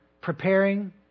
preparing